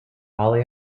ali